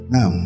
Now